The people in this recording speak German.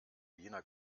jener